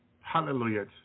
Hallelujah